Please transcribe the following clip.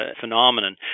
phenomenon